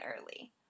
early